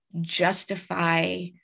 justify